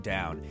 Down